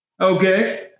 Okay